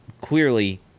clearly